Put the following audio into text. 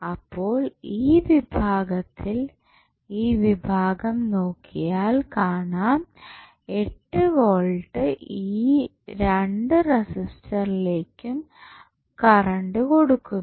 അപ്പോൾ ഈ വിഭാഗത്തിൽ ഈ വിഭാഗം നോക്കിയാൽ കാണാം 8 വോൾട്ട് ഈ രണ്ട് റെസിസ്റ്ററിലേക്കും കറണ്ട് കൊടുക്കുന്നു